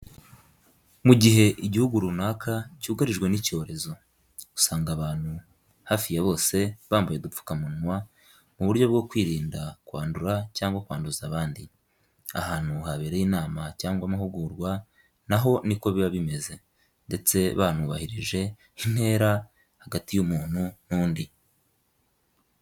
Mu gihe igihugu runaka cyugarijwe n'icyorezo, usanga abantu hafi ya bose bambaye udupfukamunwa mu buryo bwo kwirinda kwandura cyangwa kwanduza abandi. Ahantu habereye inama cyangwa amahugurwa na ho ni ko biba bimeze, ndetse banubahirije intera hagati y'umuntu n'undi.